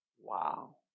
Wow